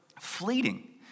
fleeting